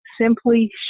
Simply